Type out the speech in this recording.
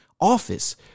office